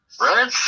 Right